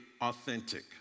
authentic